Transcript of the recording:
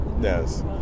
Yes